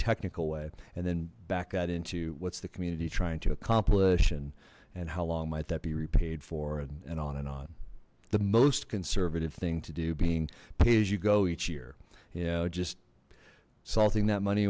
technical way and then back that into what's the community trying to accomplish and and how long might that be repaid for and on and on the most conservative thing to do being pay as you go each year you know just salting that money